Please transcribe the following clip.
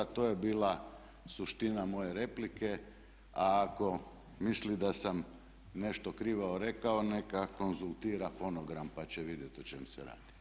To je bila suština moje replike, a ako misli da sam nešto krivo rekao neka konzultira fonogram pa će vidjet o čem se radi.